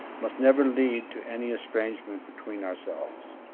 must never lead to any estrangement between ourselves.